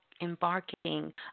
embarking